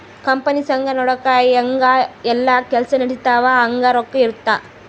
company ಸಂಘ ನಡುಕ ಹೆಂಗ ಯೆಲ್ಲ ಕೆಲ್ಸ ನಡಿತವ ಹಂಗ ರೊಕ್ಕ ಇರುತ್ತ